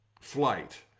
flight